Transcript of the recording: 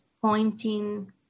pointing